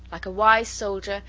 like a wise soldier,